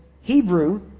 Hebrew